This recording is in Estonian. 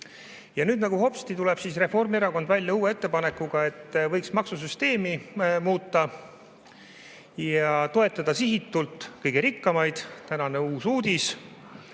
Ja nüüd nagu hopsti tuleb Reformierakond välja uue ettepanekuga, et võiks maksusüsteemi muuta ja toetada sihitult kõige rikkamaid. Tänane uus uudis!